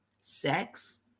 sex